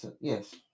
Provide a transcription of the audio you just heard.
yes